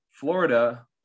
Florida